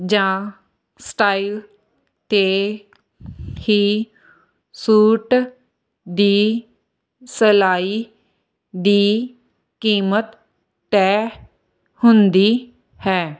ਜਾਂ ਸਟਾਈਲ 'ਤੇ ਹੀ ਸੂਟ ਦੀ ਸਿਲਾਈ ਦੀ ਕੀਮਤ ਤੈਅ ਹੁੰਦੀ ਹੈ